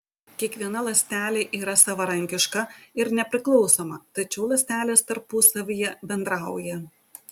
kiekviena ląstelė yra savarankiška ir nepriklausoma tačiau ląstelės tarpusavyje bendrauja